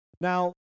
Now